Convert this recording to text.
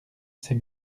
ces